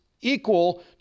equal